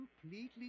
completely